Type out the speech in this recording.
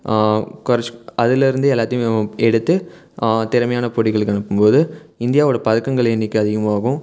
குறைச் அதிலருந்தே எல்லாத்தையுமே எடுத்து திறமையான போட்டிகளுக்கு அனுப்பும்போது இந்தியாவிலுள்ள பதக்கங்கள் எண்ணிக்கை அதிகமாகும்